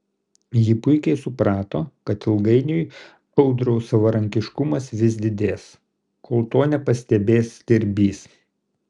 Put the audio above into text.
ji puikiai suprato kad ilgainiui audriaus savarankiškumas vis didės kol to nepastebės stirbys